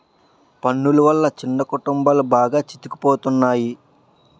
పన్నులు వల్ల చిన్న కుటుంబాలు బాగా సితికిపోతున్నాయి